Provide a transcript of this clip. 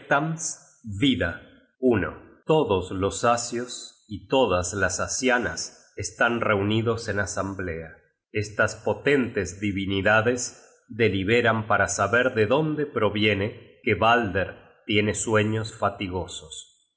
todos los asios y todas las asianas están reunidos en asamblea estas potentes divinidades deliberan para saber de dónde proviene que balder tiene sueños